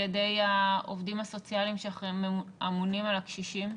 ידי העובדים הסוציאליים שלכם האמונים על הקשישים?